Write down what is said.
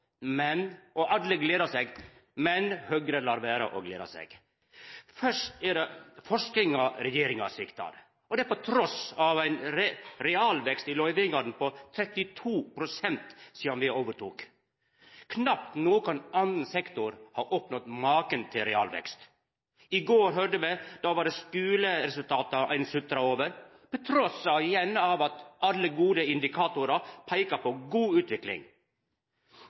alle gleder seg. Men Høgre let vera å gleda seg. Først er det forskinga regjeringa sviktar, og det trass i ein realvekst i løyvingane på 32 pst. sidan me overtok. Knapt nokon annan sektor har opplevd maken til realvekst. I går høyrde me at det var skuleresultata ein sutra over, trass i at alle gode indikatorar peikar på god utvikling,